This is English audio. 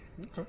Okay